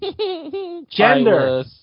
Gender